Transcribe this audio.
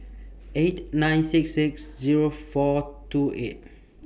eight nine six six Zero four two eight